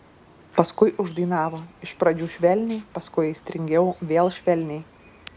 paskui uždainavo iš pradžių švelniai paskui aistringiau vėl švelniai